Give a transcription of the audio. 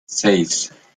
seis